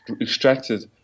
extracted